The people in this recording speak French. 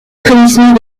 frémissement